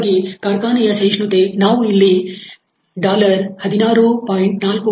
ಈ ಕಾರ್ಖಾನೆಯ ಸಹಿಷ್ಣತೆಯು ಇಲ್ಲಿ 16